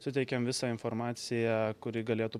suteikiam visą informaciją kuri galėtų